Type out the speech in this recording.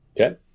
Okay